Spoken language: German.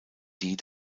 die